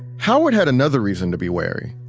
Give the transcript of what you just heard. howard had another reason to be wary.